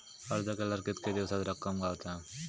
अर्ज केल्यार कीतके दिवसात रक्कम गावता?